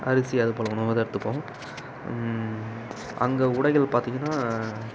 அரிசி அதுபோல் உணவு தான் எடுத்துப்போம் அங்கே உடைகள் பார்த்திங்கன்னா